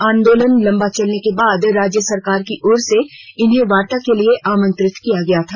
आंदोलन लंबा चलने के बाद राज्य सरकार की ओर से इन्हें वार्ता के लिए आमंत्रित किया गया था